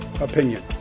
opinion